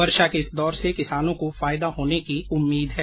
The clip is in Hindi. वर्षा के इस दौर से किसानों को फायदा होने की उम्मीद है